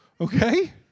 Okay